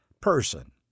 person